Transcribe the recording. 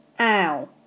ow